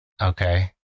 Okay